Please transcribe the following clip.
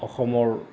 অসমৰ